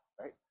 right